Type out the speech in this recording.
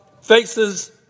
faces